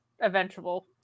eventual